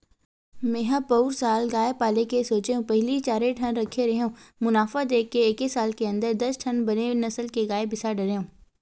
मेंहा पउर साल गाय पाले के सोचेंव पहिली चारे ठन रखे रेहेंव मुनाफा देख के एके साल के अंदर दस ठन बने नसल के गाय बिसा डरेंव